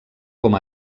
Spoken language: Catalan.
com